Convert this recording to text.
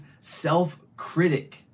self-critic